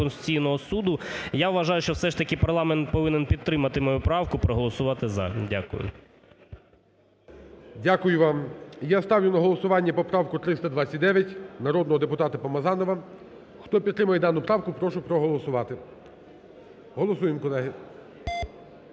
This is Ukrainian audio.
я вважаю, що все ж таки парламент повинен підтримати мою правку, проголосувати "за". Дякую. ГОЛОВУЮЧИЙ. Дякую вам. Я ставлю на голосування поправку 329, народного депутата Помазанова. Хто підтримує дану правку, прошу проголосувати. Голосуємо, колеги.